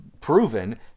proven